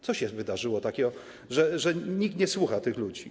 Co się wydarzyło takiego, że nikt nie słucha tych ludzi?